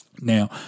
Now